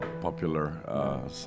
popular